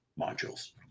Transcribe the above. modules